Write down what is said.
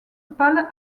pâle